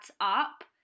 up